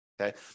okay